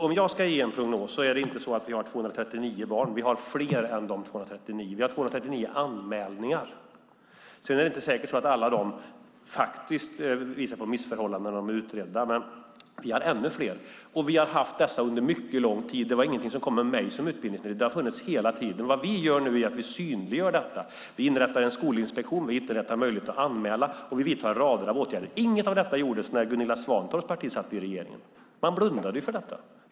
Om jag ska ge en prognos är det inte så att vi har 239 barn som inte går i skolan, utan vi har fler än dessa 239. Vi har 239 anmälningar. Sedan är det inte säkert att alla dessa faktiskt visar på missförhållanden när de är utredda. Vi har ännu fler, och vi har haft dem under mycket lång tid. Det var ingenting som kom med mig som utbildningsminister. De har funnits hela tiden. Det vi gör nu är att vi synliggör detta. Vi inrättar en skolinspektion och möjlighet att anmäla, och vi vidtar rader av åtgärder. Inget av detta gjordes när Gunilla Svantorps parti satt i regeringen. Man blundade för detta.